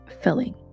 filling